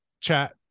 chat